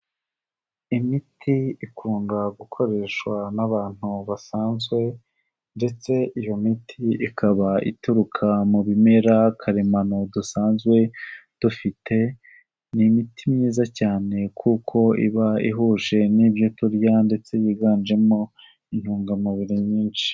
Imiti ikunda gukoreshwa n'abantu basanzwe ndetse iyo miti ikaba ituruka mu bimera karemano dusanzwe dufite, ni imiti myiza cyane kuko iba ihuje n'ibyo turya ndetse yiganjemo intungamubiri nyinshi.